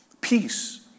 peace